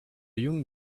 young